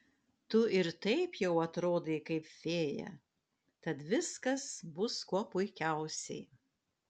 tu ir taip jau atrodai kaip fėja tad viskas bus kuo puikiausiai